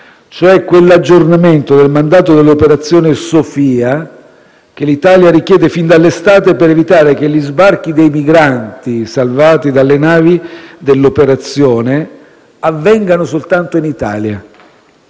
l'aggiornamento del mandato dell'operazione Sophia, che l'Italia richiede fin dall'estate, per evitare che gli sbarchi dei migranti, salvati dalle navi dell'operazione, avvengano soltanto in Italia.